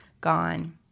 gone